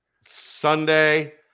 Sunday